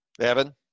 Evan